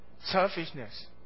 Selfishness